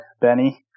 Benny